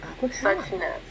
Suchness